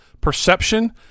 perception